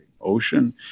ocean